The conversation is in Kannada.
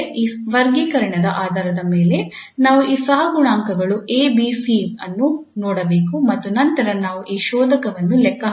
ಈ ವರ್ಗೀಕರಣದ ಆಧಾರದ ಮೇಲೆ ನಾವು ಈ ಸಹಗುಣಾಂಕಗಳು 𝐴 𝐵 𝐶 ಅನ್ನು ನೋಡಬೇಕು ಮತ್ತು ನಂತರ ನಾವು ಈ ಶೋಧಕವನ್ನು ಲೆಕ್ಕ ಹಾಕಬಹುದು